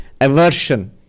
aversion